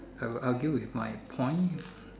I will argue with my point